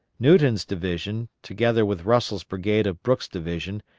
newton's division, together with russell's brigade of brooks' division,